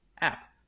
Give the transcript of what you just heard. app